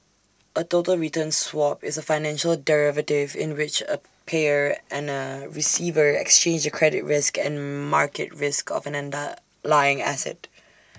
A total return swap is A financial derivative in which A payer and receiver exchange the credit risk and market risk of an underlying asset